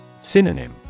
Synonym